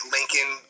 Lincoln